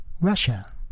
Russia